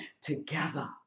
together